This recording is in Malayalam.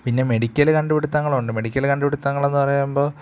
പിന്നെ മെഡിക്കൽ കണ്ടുപിടുത്തങ്ങൾ ഉണ്ട് മെഡിക്കൽ കണ്ടുപിടുത്തങ്ങൾ എന്ന് പറയുമ്പോൾ